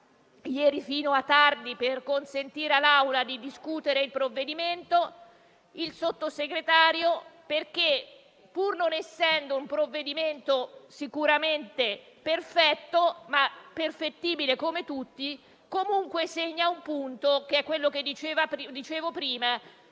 fino a tardi per consentire all'Assemblea di discutere il provvedimento e il Sottosegretario, perché pur non essendo un provvedimento perfetto, ma perfettibile come tutti, comunque segna un punto che è quello di cui vi dicevo prima: